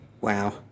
Wow